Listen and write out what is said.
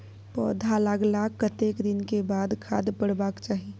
पौधा लागलाक कतेक दिन के बाद खाद परबाक चाही?